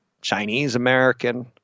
Chinese-American—